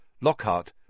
Lockhart